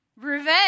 Revenge